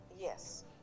Yes